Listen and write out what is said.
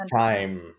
time